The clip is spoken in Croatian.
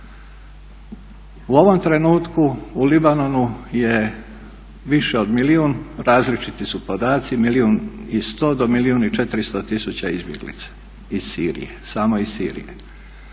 U ovom trenutku u Libanonu je više od milijun, različiti su podaci, 1 milijun i 200 do 1 milijun i 400 tisuća izbjeglica iz Sirije, samo iz Sirije.